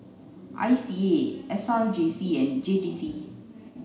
I C A S R J C and J T C